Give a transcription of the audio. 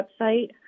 website